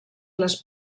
les